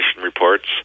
reports